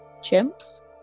chimps